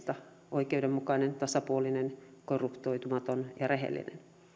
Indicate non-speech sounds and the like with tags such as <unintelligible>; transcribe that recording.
oikeudenmukainen tasapuolinen <unintelligible> korruptoitumaton ja rehellinen